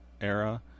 era